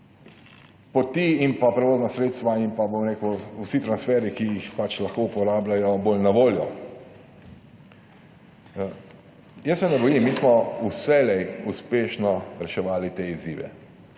poti in prevozna sredstva ter vsi transferji, ki jih pač lahko uporabljajo, bolj na voljo. Jaz se ne bojim, mi smo vselej uspešno reševali te izzive.